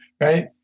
Right